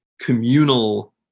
communal